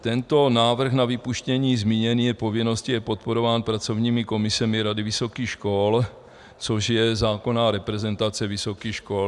Tento návrh na vypuštění zmíněné povinnosti je podporován pracovními komisemi Rady vysokých škol, což je zákonná reprezentace vysokých škol.